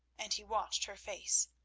and he watched her face.